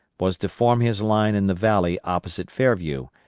was to form his line in the valley opposite fairview,